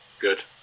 Good